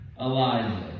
Elijah